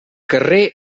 carrer